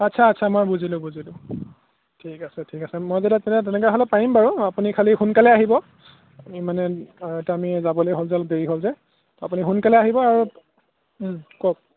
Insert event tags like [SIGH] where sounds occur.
আচ্ছা আচ্ছা মই বুজিলোঁ বুজিলোঁ ঠিক আছে ঠিক আছে মই তেতিয়া [UNINTELLIGIBLE] তেনেকৈ হ'লে পাৰিম বাৰু আপুনি খালি সোনকালে আহিব আপুনি মানে [UNINTELLIGIBLE] যাবলে অলপ দেৰী হ'ল যে আপুনি সোনকালে আহিব আৰু কওঁক